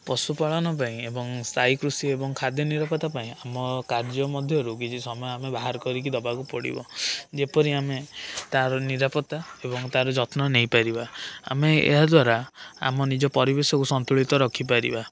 ପଶୁପାଳନ ପାଇଁ ଏବଂ ସ୍ଥାୟୀକୃଷି ଏବଂ ଖାଦ୍ୟ ନିରାପତ୍ତା ପାଇଁ ଆମ କାର୍ଯ୍ୟ ମଧ୍ୟରୁ କିଛି ସମୟ ଆମେ ବାହାର କରିକି ଦବାକୁ ପଡ଼ିବ ଯେପରି ଆମେ ତାର ନିରାପତ୍ତା ଏବଂ ତାର ଯତ୍ନ ନେଇପାରିବା ଆମେ ଏହାଦ୍ଵାରା ଆମ ନିଜ ପରିବେଶକୁ ସନ୍ତୁଳିତ ରଖିପାରିବା